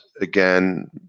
again